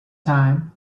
time